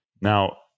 Now